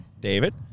David